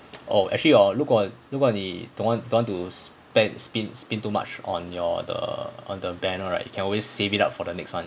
oh actually hor 如果如果你 don't want don't want to spend spin spin too much on your the err banner right you can always save it up for the next [one]